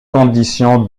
condition